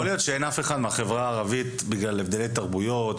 יכול להיות שאין אף אחד מהחברה הערבית בגלל הבדלי תרבויות,